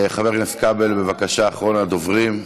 חבר הכנסת כבל, בבקשה, אחרון הדוברים.